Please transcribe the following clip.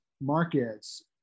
markets